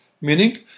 meaning